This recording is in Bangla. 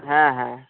হ্যাঁ হ্যাঁ